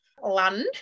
Land